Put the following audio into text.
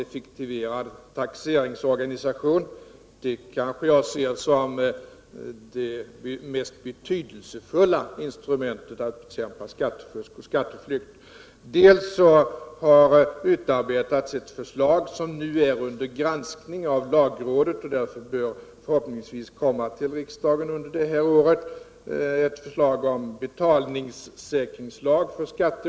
Men vi har inte sett dessa förslag än. Budgetministern har talat om att han tänker lägga fram förslag om en allmän skatteflyktsparagraf i två år nu, men förslaget har ännu inte kommit. Det har alltså ingenting skett. Det är min uppfattning. Jag är medveten om att detta är en rättssäkerhetsfråga. Det är önskvärt att det är möjligt att i förväg få reda på om en transaktion är laglig eller inte.